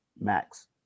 max